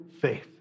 faith